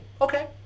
Okay